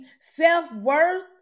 self-worth